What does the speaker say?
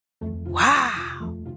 Wow